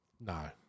No